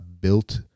built